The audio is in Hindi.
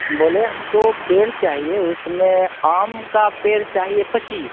बोले हमको पेड़ चाहिए उसमें आम का पेड़ चाहिए पच्चीस